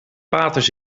paters